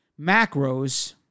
macros